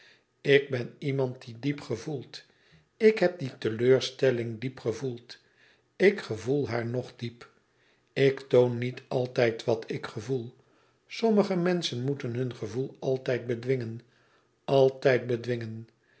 lik ben iemand die diep gevoelt ik heb die teleurstelling diep gevoeld ik gevoel haar nog diep ik toon niet altijd wat ik gevoel sommige menschen moeten hun gevoel altijd bedwingen altijd bedwingen